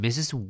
Mrs